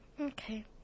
Okay